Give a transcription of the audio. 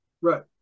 Right